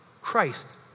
Christ